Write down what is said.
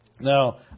Now